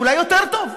אולי יותר טוב.